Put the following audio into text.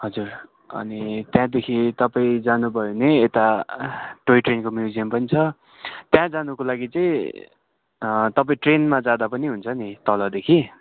हजुर अनि त्यहाँदेखि तपाईँ जानुभयो भने यता टोई ट्रेनको म्युजियम पनि छ त्यहाँ जानुको लागि चाहिँ तपाईँ ट्रेनमा जाँदा पनि हुन्छ नि तलदेखि